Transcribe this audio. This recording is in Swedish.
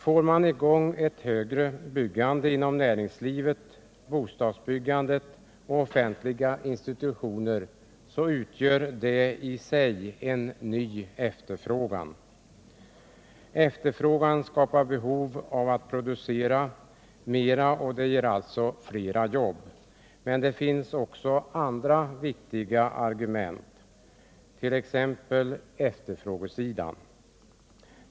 Får man i gång ett högre byggande inom näringslivet, på bostadsområdet och när det gäller offentliga institutioner, så medför det i sig en ny efterfrågan. Efterfrågan skapar behov av att producera mer, och det ger alltså flera jobb. Men det finns också andra viktiga argument när det gäller efterfrågesidan.